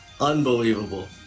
unbelievable